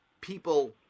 people